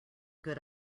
good